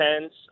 tens